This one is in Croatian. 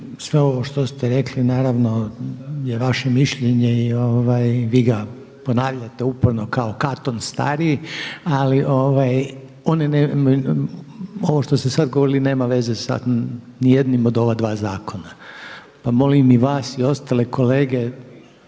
sve ovo što ste rekli naravno je vaše mišljenje i vi ga ponavljate uporno kao Katon Stariji. Ali ovo što ste sad govorili nema veze sa ni jednim od ova dva zakona. Pa molim i vas i ostale kolege,